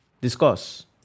discuss